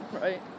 right